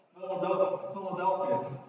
Philadelphia